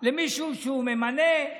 למישהו שהוא ממנה,